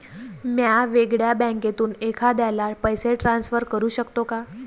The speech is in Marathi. म्या वेगळ्या बँकेतून एखाद्याला पैसे ट्रान्सफर करू शकतो का?